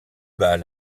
bas